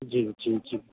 જી જી જી